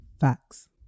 Facts